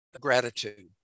gratitude